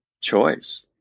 choice